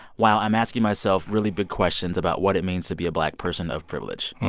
wow, i'm asking myself really big questions about what it means to be a black person of privilege.